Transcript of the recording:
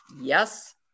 Yes